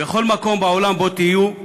בכל מקום בעולם שבו תהיו,